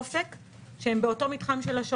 שנה מאז שהכלי הופעל לא מצאנו את הדרך לבצע את ההצלבות,